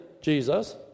Jesus